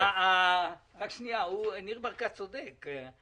ניר ברקת צודק.